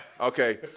okay